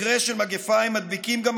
במקרה של מגפה הם מדביקים גם אחרים.